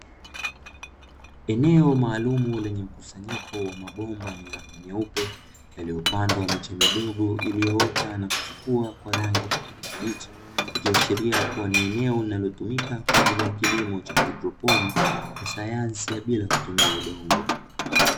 Eneo maalumu lenye mkusanyiko wa mabomba ya rangi nyeupe yaliyopandwa miche midogo iliyoota na kuchipua kwa rangi ya kijani kibichi, ikiashiria kuwa ni eneo linalotumika kwa ajili ya kilimo cha haidroponi kwa sayansi ya bila kutumia udongo.